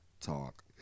talk